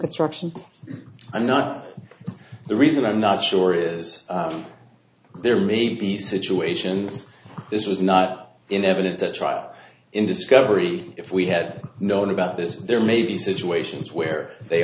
construction and not the reason i'm not sure is there may be situations this was not in evidence at trial in discovery if we had known about this there may be situations where they